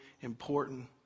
important